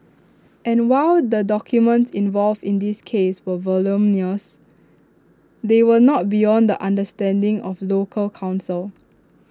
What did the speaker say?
and while the documents involved in this case were voluminous they were not beyond understanding of local counsel